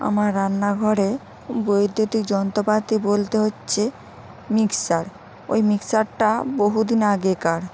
আমার রান্নাঘরে বৈদ্যুতিক যন্ত্রপাতি বলতে হচ্ছে মিক্সার ওই মিক্সারটা বহুদিন আগেকার